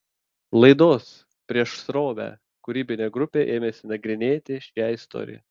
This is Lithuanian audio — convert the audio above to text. laidos prieš srovę kūrybinė grupė ėmėsi nagrinėti šią istoriją